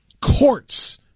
courts